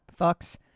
fucks